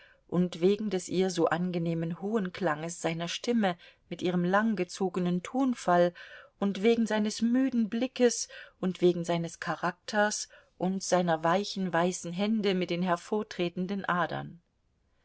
und wegen des ihr so angenehmen hohen klanges seiner stimme mit ihrem langgezogenen tonfall und wegen seines müden blickes und wegen seines charakters und seiner weichen weißen hände mit den hervortretenden adern